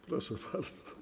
Proszę bardzo.